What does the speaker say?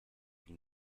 nim